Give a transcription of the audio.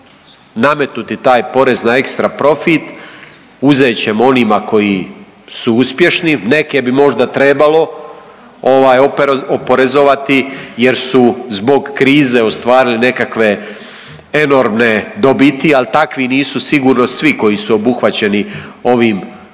nametnuti taj porez na ekstra profit. Uzet ćemo onima koji su uspješni. Neke bi možda trebalo oporezovati jer su zbog krize ostvarili nekakve enormne dobiti. Ali takvi nisu sigurno svi koji su obuhvaćeni ovim poreznim